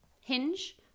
hinge